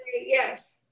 yes